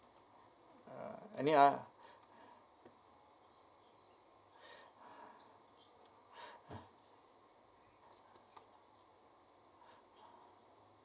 uh ya